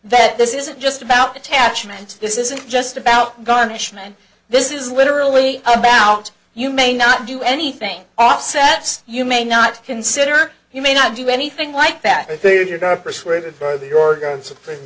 that this isn't just about attachment this isn't just about garnishment this is literally about you may not do anything offsets you may not consider you may not do anything like that